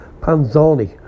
Panzani